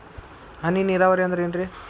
ಹನಿ ನೇರಾವರಿ ಅಂದ್ರೇನ್ರೇ?